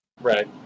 Right